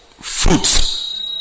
fruits